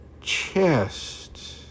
chest